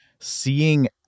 seeing